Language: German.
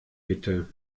bitte